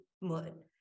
mood